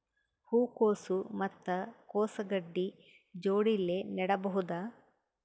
ಹೂ ಕೊಸು ಮತ್ ಕೊಸ ಗಡ್ಡಿ ಜೋಡಿಲ್ಲೆ ನೇಡಬಹ್ದ?